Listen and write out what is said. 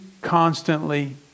constantly